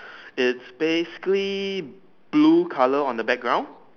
it's base green blue colour on the background